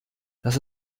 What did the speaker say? das